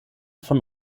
von